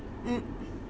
mm